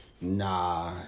Nah